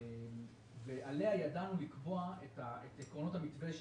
עליה ידענו לקבוע את עקרונות המתווה.